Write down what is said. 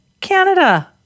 Canada